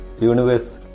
Universe